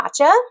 matcha